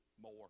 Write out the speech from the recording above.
more